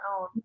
own